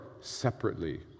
separately